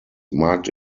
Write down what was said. marked